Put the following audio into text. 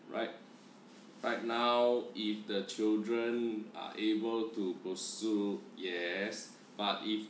right right now if the children are able to pursue yes but if